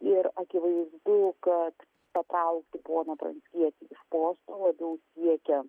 ir akivaizdu kad patraukti poną pranckietį iš posto labiau siekia